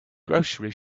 grocery